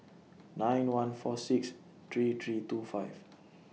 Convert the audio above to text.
nine one four six three three two five